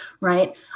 Right